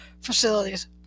facilities